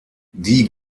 die